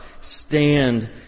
stand